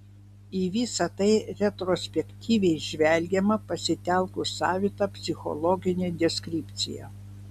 į visa tai retrospektyviai žvelgiama pasitelkus savitą psichologinę deskripciją